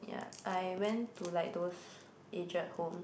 ya I went to like those aged home